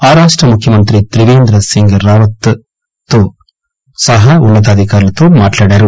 ఆ రాష్ట ముఖ్యమంత్రి త్రిపేంద్ర సింగ్ రావత్ ఉన్న తాధికారులతో మాట్లాడారు